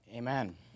Amen